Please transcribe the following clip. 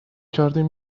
کردیم